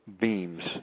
beams